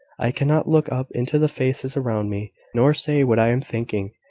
i cannot look up into the faces around me, nor say what i am thinking.